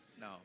No